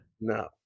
No